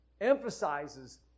emphasizes